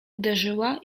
uderzyła